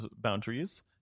boundaries